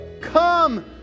come